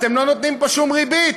אתם לא נותנים פה שום ריבית.